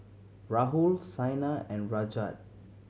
Rahul Saina and Rajat